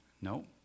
No